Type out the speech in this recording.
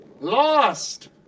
Lost